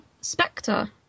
Spectre